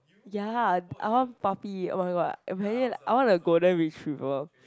ya I want puppy oh-my-god I planning I want a golden retriever